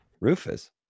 rufus